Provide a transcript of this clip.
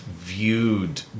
viewed